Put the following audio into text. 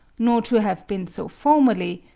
nor to have been so formerly,